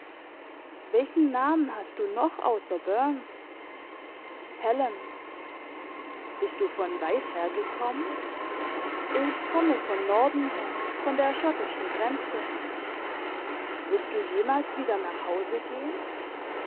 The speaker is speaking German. welchen namen hast du noch außer burns helen bist du von weit hergekommen ich komme von norden her von der schottischen grenze wirst du jemals wieder nach hause gehen